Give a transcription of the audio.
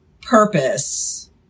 purpose